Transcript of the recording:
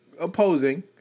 opposing